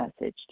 message